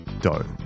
dough